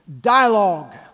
dialogue